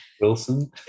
Wilson